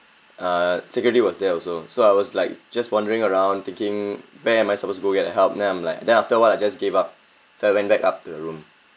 uh security was there also so I was like just wandering around thinking where am I suppose to go get help then I'm like then after awhile I just gave up so I went back up to the room